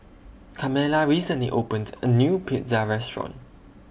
Carmella recently opened A New Pizza Restaurant